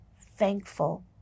thankful